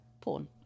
porn